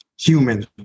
humans